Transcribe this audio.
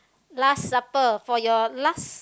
last supper for your last